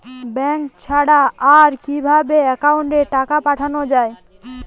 Bank ছাড়া আর কিভাবে একাউন্টে টাকা পাঠানো য়ায়?